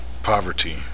poverty